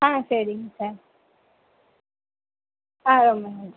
ஆ சரிங்க சார் ஆ ரொம்ப நன்றி